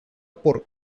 por